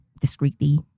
discreetly